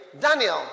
Daniel